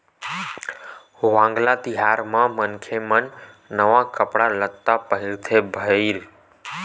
वांगला तिहार म मनखे मन नवा कपड़ा लत्ता पहिरथे भईर